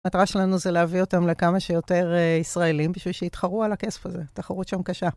המטרה שלנו זה להביא אותם לכמה שיותר א...ישראלים בשביל שיתחרו על הכסף הזה, תחרות שם קשה.